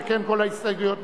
שכן כל ההסתייגוית נפלו.